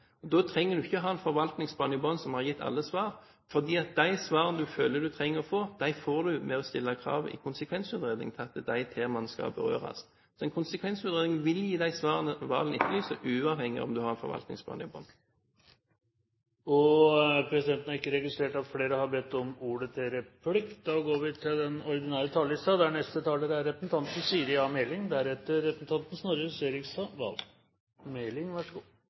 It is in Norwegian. måte. Da trenger du ikke ha en forvaltningsplan i bunnen som har gitt alle svar, fordi de svarene du føler at du trenger å få, får du ved å stille krav i konsekvensutredningen om at de temaene skal berøres. Så en konsekvensutredning vil gi de svarene Serigstad Valen etterlyser, uavhengig om du har forvaltningsplanen i bunnen. Replikkordskiftet er omme. Oppdatering av forvaltningsplanen for det marine miljøet i Barentshavet og havområdene utenfor Lofoten er et omfattende og viktig dokument. Formålet er å tilrettelegge en balansert utvikling hvor vi